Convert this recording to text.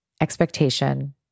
expectation